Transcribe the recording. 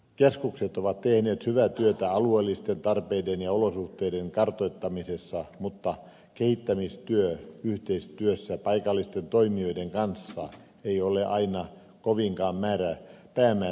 keskukset ovat tehneet hyvää työtä alueellisten tarpeiden ja olosuhteiden kartoittamisessa mutta kehittämistyö yhteistyössä paikallisten toimijoiden kanssa ei ole aina kovinkaan päämäärätietoista